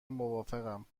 موافقم